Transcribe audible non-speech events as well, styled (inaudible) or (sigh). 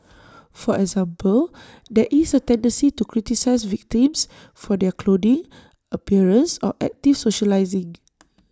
for example there is A tendency to criticise victims for their clothing appearance or active socialising (noise)